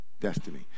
destiny